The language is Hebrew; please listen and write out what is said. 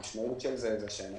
המשמעות של זה היא שאנחנו